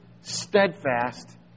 steadfast